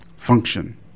Function